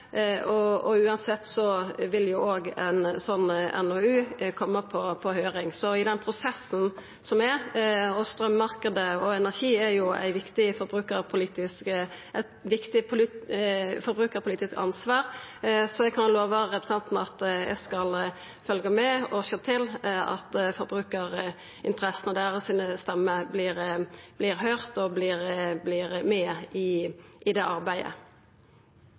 og uansett vil òg ei slik NOU koma på høyring. Så i den prosessen som er – og straummarknaden og energi er eit viktig forbrukarpolitisk ansvar – kan eg lova representanten at eg skal følgja med og sjå til at stemma til forbrukarinteressene vert høyrd og vert med i det arbeidet.